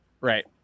Right